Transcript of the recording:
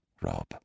Rob